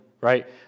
right